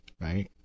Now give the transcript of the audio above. right